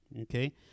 okay